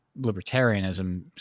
libertarianism